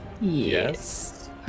Yes